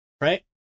right